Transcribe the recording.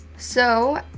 so,